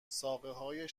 ساقههای